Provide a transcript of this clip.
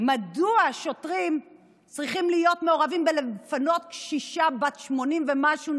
מדוע שוטרים צריכים להיות מעורבים בפינוי של קשישה בת 80 ומשהו,